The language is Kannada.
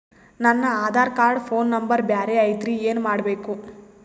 ನನ ಆಧಾರ ಕಾರ್ಡ್ ಫೋನ ನಂಬರ್ ಬ್ಯಾರೆ ಐತ್ರಿ ಏನ ಮಾಡಬೇಕು?